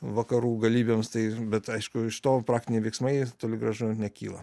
vakarų galybėms tai bet aišku iš to praktiniai veiksmai toli gražu nekyla